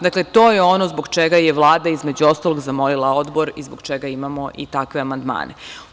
Dakle, to je ono zbog čega je Vlada, između ostalog, zamolila Odbor i zbog čega imamo i takve amandmane.